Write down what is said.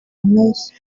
mpeshyi